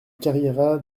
carriera